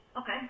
Okay